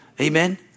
Amen